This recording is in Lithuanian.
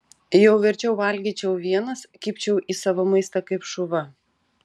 jau verčiau valgyčiau vienas kibčiau į savo maistą kaip šuva